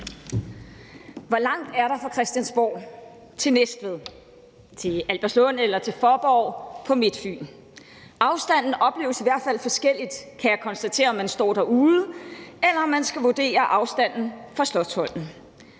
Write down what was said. Hvor langt er der fra Christiansborg til Næstved, til Albertslund eller til Faaborg på Midtfyn? Afstanden opleves i hvert fald forskelligt, kan jeg konstatere, alt efter om man står derude, eller om man skal vurdere afstanden fra Slotsholmen.